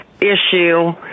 issue